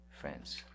Friends